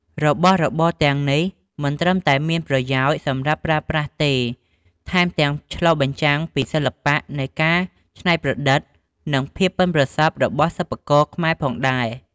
របស់របរទាំងនេះមិនត្រឹមតែមានប្រយោជន៍សម្រាប់ប្រើប្រាស់ទេ ថែមទាំងឆ្លុះបញ្ចាំងពីសិល្បៈនៃការច្នៃប្រឌិត និងភាពប៉ិនប្រសប់របស់សិប្បករខ្មែរផងដែរ។